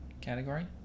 category